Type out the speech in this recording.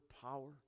power